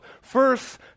first